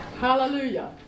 Hallelujah